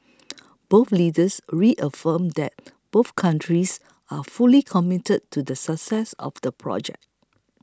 both leaders reaffirmed that both countries are fully committed to the success of the project